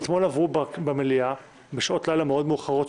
אתמול עברו במליאה בשעות לילה מאוד מאוחרות,